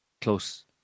Close